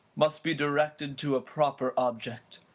must be directed to a proper object.